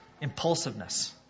impulsiveness